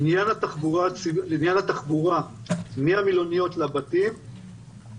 לעניין התחבורה מהמלוניות לבתים,